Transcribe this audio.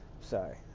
sorry